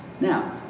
Now